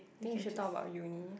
think should talk about uni